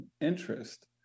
interest